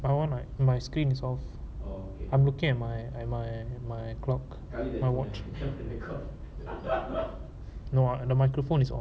I want my my screens of err I'm looking at my I my my clock and watch you know the microphone is oh